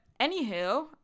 anywho